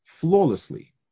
flawlessly